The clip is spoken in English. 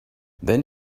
then